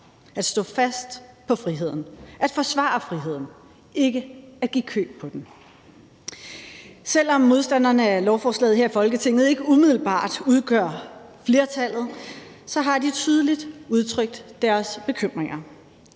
at stå fast på friheden, at forsvare friheden – ikke at give køb på den. Selv om modstanderne af lovforslaget her i Folketinget ikke umiddelbart udgør flertallet, har de tydeligt udtrykt deres bekymringer.